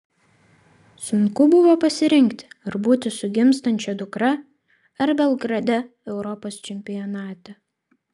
sunku buvo pasirinkti ar būti su gimstančia dukra ar belgrade europos čempionate